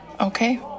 Okay